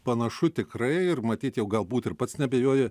panašu tikrai matyt jau galbūt ir pats neabejoji